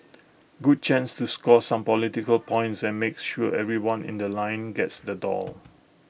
good chance to score some political points and make sure everyone in The Line gets the doll